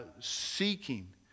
seeking